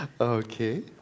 Okay